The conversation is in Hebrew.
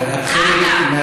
את חלק מהפוליטיקה.